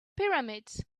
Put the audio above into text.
pyramids